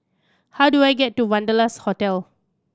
how do I get to Wanderlust Hotel